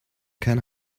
can